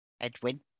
Edwin